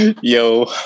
Yo